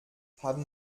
haben